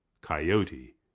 Coyote